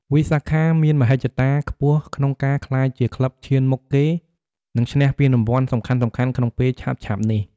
វិសាខាមានមហិច្ឆតាខ្ពស់ក្នុងការក្លាយជាក្លឹបឈានមុខគេ និងឈ្នះពានរង្វាន់សំខាន់ៗក្នុងពេលឆាប់ៗនេះ។